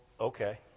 okay